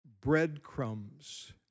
breadcrumbs